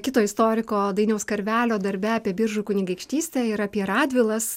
kito istoriko dainiaus karvelio darbe apie biržų kunigaikštystę ir apie radvilas